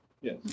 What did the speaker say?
Yes